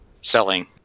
selling